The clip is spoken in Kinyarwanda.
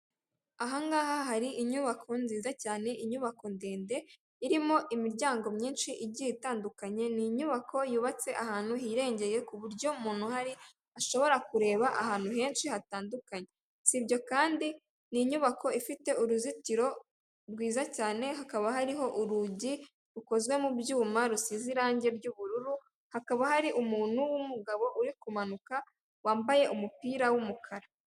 Ahangaha hari inyubako nziza cyane, inyubako ndende irimo imiryango myinshi igiye itandukanye, ni inyubako yubatse ahantu hirengeye ku buryo umuntu uhari ashobora kureba ahantu henshi hatandukanye, si ibyo kandi, ni inyubako ifite uruzitiro rwiza cyane, hakaba hariho urugi rukozwe mu byuma rusize irangi ry'ubururu, hakaba hari umuntu w'umugabo uri kumanuka wambaye umupira w'umukara.